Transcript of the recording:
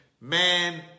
man